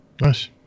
Nice